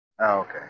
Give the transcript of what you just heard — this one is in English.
okay